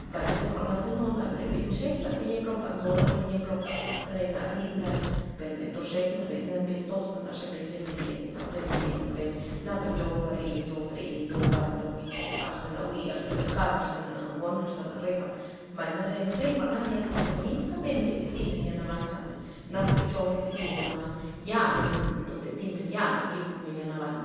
Mbay naze jwa'na ze nuna ben nxekna teyia ben plopa nzo teyia plopa re nar lyn ndana per ben ndoxeka ben na bes tostana xe mbes re men yena naba re men yena naba mbes nchou jwa'reya nchou treta nchou ba asta na jwi' asta na kab as ta gon asta na re jwa'n mbay re ren ndyak men per miska men nke tatimen yal naban chanmen nakza cho nke tati yal naban ya men ndotatimen ya men nke guj men yaban.